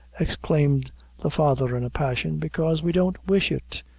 exclaimed the father, in a passion, because we don't wish it.